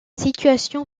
situation